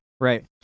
Right